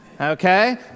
okay